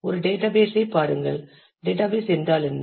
ஒரு டேட்டாபேஸ் ஐ பாருங்கள் டேட்டாபேஸ் என்றால் என்ன